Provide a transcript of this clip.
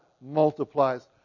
multiplies